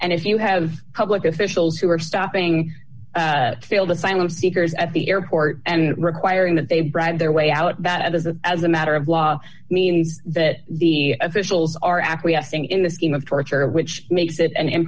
and if you have public officials who are stopping failed asylum seekers at the airport and requiring that they bribe their way out bad as a as a matter of law means that the officials are acquiescing in the scheme of torture which makes it an